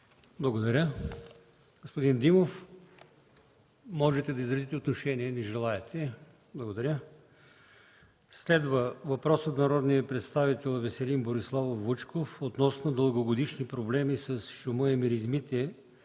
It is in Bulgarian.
Благодаря. Господин Димов, можете да изразите отношение. Не желаете. Следва въпрос от народния представител Веселин Бориславов Вучков относно дългогодишни проблеми с шума и миризмите,